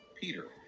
Peter